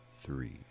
three